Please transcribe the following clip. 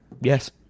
Yes